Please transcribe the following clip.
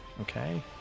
okay